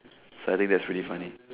that's really funny